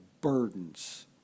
burdens